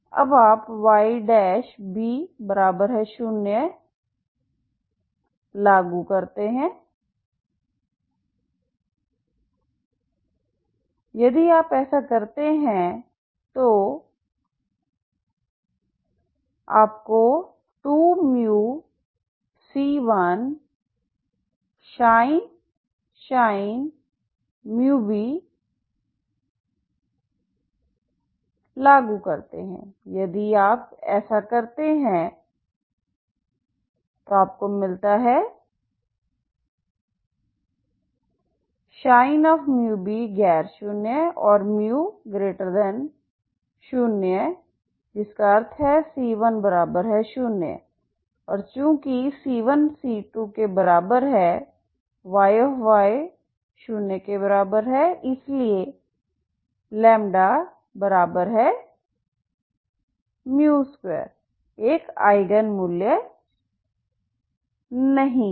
अब आप Yb0 लागू करते हैं यदि आप ऐसा करते हैं तो आपको 2μc1sinh μb 0 मिलता है और μb ≠0 और μ0 जिसका अर्थ है c10 और चूंकि c1c2 Yy0 इसलिए λ2 एक आईगन मूल्य नहीं है